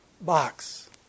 box